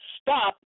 Stop